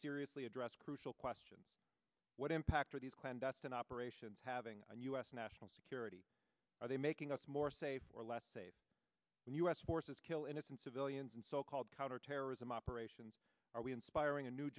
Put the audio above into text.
seriously address crucial question what impact are these clandestine operations having us national security are they making us more safe or less safe when u s forces kill innocent civilians in so called counterterrorism operations are we inspiring a new